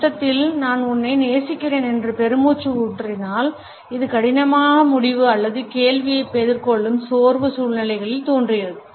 மொத்தத்தில் நான் உன்னை நேசிக்கிறேன் என்று பெருமூச்சு ஊற்றினால் இது கடினமான முடிவு அல்லது கேள்வியை எதிர்கொள்ளும் சோர்வு சூழ்நிலைகளில் தோன்றுகிறது